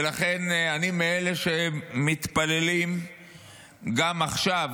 ולכן, אני מאלה שמתפללים גם עכשיו